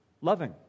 loving